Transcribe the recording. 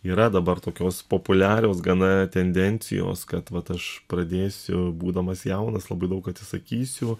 yra dabar tokios populiarios gana tendencijos kad vat aš pradėsiu būdamas jaunas labai daug atsisakysiu